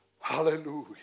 Hallelujah